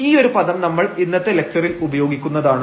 ഈ ഒരു പദം നമ്മൾ ഇന്നത്തെ ലക്ച്ചറിൽ ഉപയോഗിക്കുന്നതാണ്